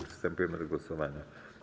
Przystępujemy do głosowania.